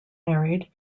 married